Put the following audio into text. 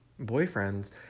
boyfriends